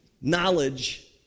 knowledge